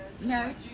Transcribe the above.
No